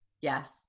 Yes